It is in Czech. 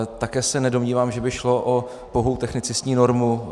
Také se nedomnívám, že by šlo o pouhou technicistní normu.